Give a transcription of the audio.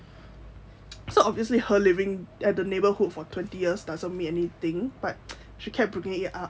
so obviously her living at the neighborhood for twenty years doesn't mean anything but she kept bringing it up